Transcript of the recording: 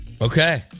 Okay